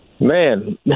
Man